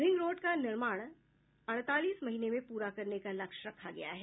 ring road का निर्माण अड़तालीस महीने में पूरा करने का लक्ष्य रखा गया है